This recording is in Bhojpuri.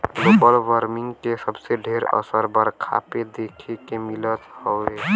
ग्लोबल बर्मिंग के सबसे ढेर असर बरखा पे देखे के मिलत हउवे